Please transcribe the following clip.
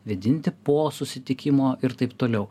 vėdinti po susitikimo ir taip toliau